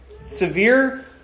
severe